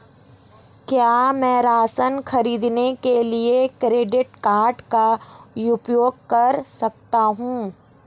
क्या मैं राशन खरीदने के लिए क्रेडिट कार्ड का उपयोग कर सकता हूँ?